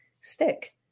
stick